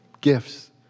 gifts